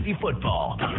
football